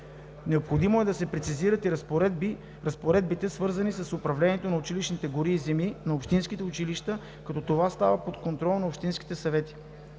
Необходимо е да се прецизират и разпоредбите, свързани с управлението на училищните гори и земи на общинските училища, като това да става под контрола на общинските съвети.